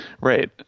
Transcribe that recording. right